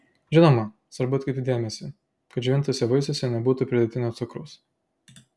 žinoma svarbu atkreipti dėmesį kad džiovintuose vaisiuose nebūtų pridėtinio cukraus